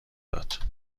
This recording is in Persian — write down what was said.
داد